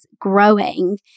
growing